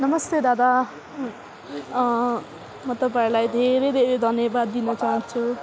नमस्ते दादा म तपाईँहरूलाई धेरै धेरै धन्यवाद दिन चाहन्छु